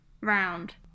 round